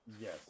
Yes